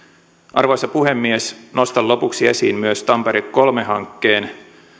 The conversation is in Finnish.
arvoisa puhemies nostan lopuksi esiin myös tampere kolme hankkeen